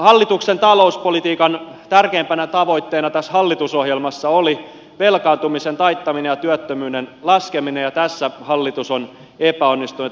hallituksen talouspolitiikan tärkeimpänä tavoitteena tässä hallitusohjelmassa oli velkaantumisen taittaminen ja työttömyyden laskeminen ja tässä hallitus on epäonnistunut